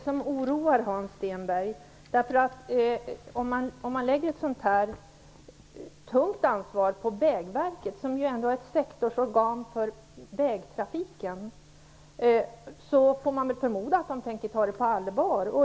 Fru talman! Det är det som oroar, Hans Stenberg. Om man lägger ett så tungt ansvar på Vägverket, som ju ändå är ett sektorsorgan för vägtrafiken, får man väl förmoda att de tänker ta det på allvar.